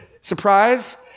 surprise